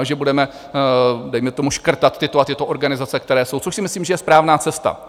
Že budeme dejme tomu škrtat tyto a tyto organizace, které jsou, což si myslím že je správná cesta.